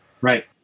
Right